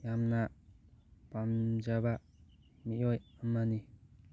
ꯌꯥꯝꯅ ꯄꯥꯝꯖꯕ ꯃꯤꯑꯣꯏ ꯑꯃꯅꯤ